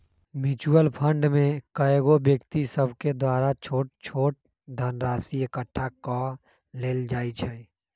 mutual fund में कएगो व्यक्ति सभके द्वारा छोट छोट धनराशि एकठ्ठा क लेल जाइ छइ